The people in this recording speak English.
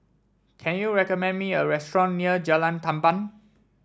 can you recommend me a restaurant near Jalan Tamban